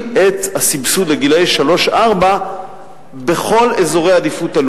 את הסבסוד לגילאי שלוש ארבע על כל אזורי העדיפות הלאומית.